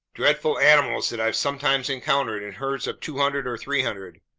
dreadful animals that i've sometimes encountered in herds of two hundred or three hundred!